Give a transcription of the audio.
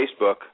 Facebook